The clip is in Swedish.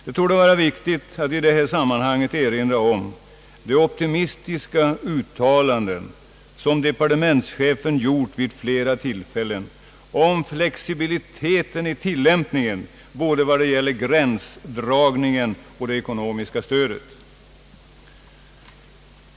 Det torde vara viktigt att i detta sammanhang erinra om de optimistiska uttalanden, som departementschefen gjort vid flera tillfällen om flexibiliteten i tillämpningen i vad gäller både gränsdragningen och det ekonomiska stödet.